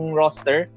roster